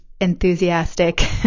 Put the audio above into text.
enthusiastic